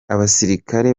abasirikare